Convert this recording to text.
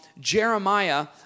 Jeremiah